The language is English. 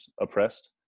oppressed